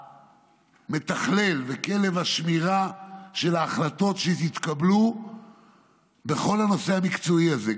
המתכלל וכלב השמירה של ההחלטות שיתקבלו בכל הנושא המקצועי הזה,